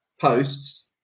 posts